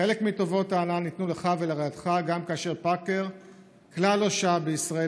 חלק מטובות ההנאה ניתנו לך ולרעייתך גם כאשר פאקר כלל לא שהה בישראל.